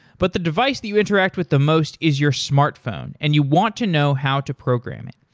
but the device that you interact with the most is your smartphone and you want to know how to program it.